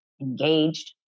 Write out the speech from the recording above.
engaged